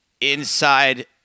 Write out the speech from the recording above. Inside